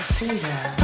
Caesar